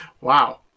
Wow